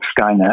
Skynet